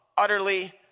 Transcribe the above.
utterly